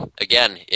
again